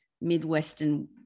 Midwestern